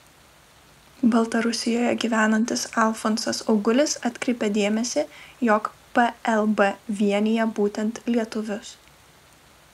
baltarusijoje gyvenantis alfonsas augulis atkreipė dėmesį jog plb vienija būtent lietuvius